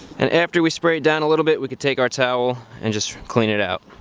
and after we spray it down a little bit, we could take our towel and just clean it out.